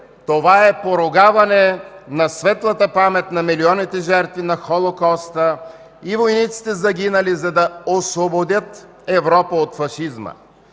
това е поругаване на светлата памет на милионите жертви на Холокоста и войниците, загинали, за да освободят Европа от фашизма.